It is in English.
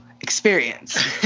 experience